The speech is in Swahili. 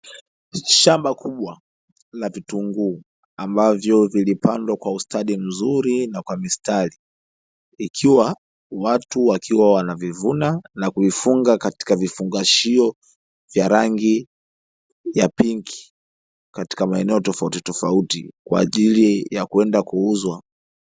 Shamba kubwa la vitunguu ambavyo vilipandwa kwa ustadi mzuri na kwa mistari, ikiwa watu wakiwa wanavivuna na kuvifunga katika vifungashio vya rangi ya pinki katika maeneo tofautitofauti kwaajili ya kwenda kuuzwa.